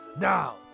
Now